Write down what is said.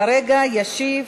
כרגע ישיב